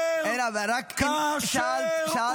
כאשר